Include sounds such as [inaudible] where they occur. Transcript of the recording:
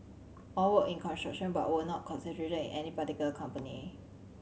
all worked in construction but were not concentrated in anybody [unintelligible] company